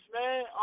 man